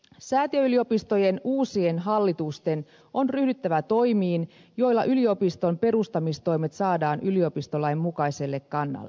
säätiöyliopistojen uusien hallitusten on ryhdyttävä toimiin joilla yliopiston perustamistoimet saadaan yliopistolain mukaiselle kannalle